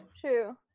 True